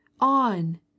On